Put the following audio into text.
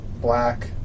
black